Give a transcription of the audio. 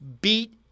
beat